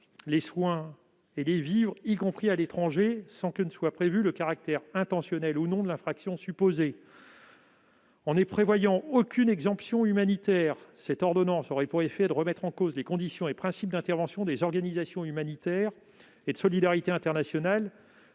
les soins et les vivres, y compris à l'étranger, sans que soit prévu le caractère intentionnel ou non de l'infraction supposée. En tant qu'elle ne prévoit aucune exemption humanitaire, cette ordonnance aurait pour effet de remettre en cause les conditions et principes d'intervention des organisations humanitaires et de solidarité internationale,